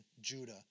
Judah